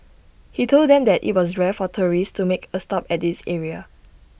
he told them that IT was rare for tourists to make A stop at this area